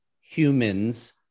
humans